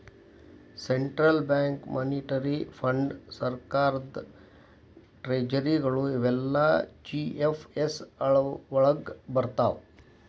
central bank, monetary ಫಂಡ್.ಸರ್ಕಾರದ್ ಟ್ರೆಜರಿಗಳು ಇವೆಲ್ಲಾ ಜಿ.ಎಫ್.ಎಸ್ ವಳಗ್ ಬರ್ರ್ತಾವ